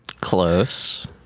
Close